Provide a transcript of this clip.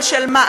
ישראל.